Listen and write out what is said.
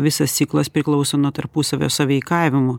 visas ciklas priklauso nuo tarpusavio sąveikavimo